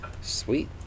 Sweet